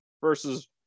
versus